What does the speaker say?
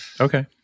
Okay